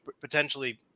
potentially